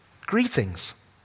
Greetings